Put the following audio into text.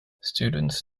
students